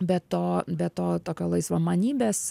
be to be to tokio laisvamanybės